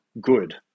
good